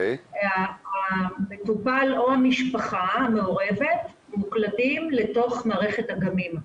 המטופל או המשפחה המעורבת מוקלדים לתוך מערכת "אגמים",